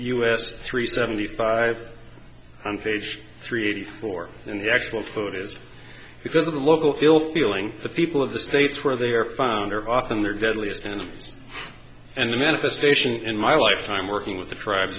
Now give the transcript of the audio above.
us three seventy five page three eighty four in the actual footage because of the local ill feeling the people of the states where they are found are often their deadliest and and the manifestation in my lifetime working with the tribes